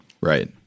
Right